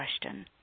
question